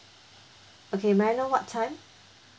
okay may I know what time